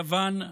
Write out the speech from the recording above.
יוון,